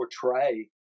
portray